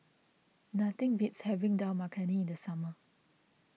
nothing beats having Dal Makhani in the summer